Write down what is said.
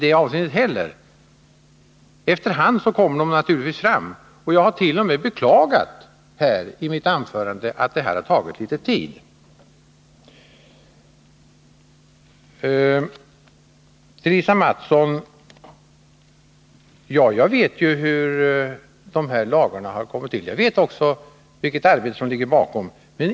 Efter hand kommer de naturligtvis fram, och jag har i mitt anförande t.o.m. beklagat att beredningen har tagit litet tid. Jag vet, Lisa Mattson, hur dessa lagar har kommit till och vilket arbete som ligger bakom dem.